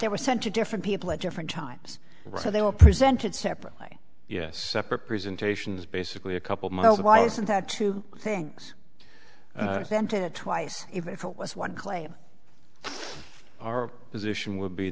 they were sent to different people at different times so they were presented separately yes separate presentations basically a couple miles why isn't that two things santa twice if it was one claim our position would be